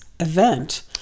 event